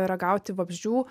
ragauti vabzdžių